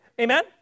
Amen